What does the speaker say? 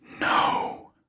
No